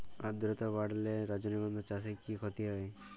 আদ্রর্তা বাড়লে রজনীগন্ধা চাষে কি ক্ষতি হয়?